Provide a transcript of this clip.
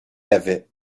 avait